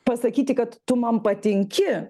pasakyti kad tu man patinki